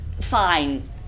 Fine